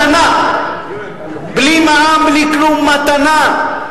מתנה, בלי מע"מ, בלי כלום, מתנה.